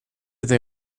they